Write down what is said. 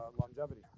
longevity